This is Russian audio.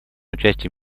участие